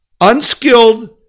unskilled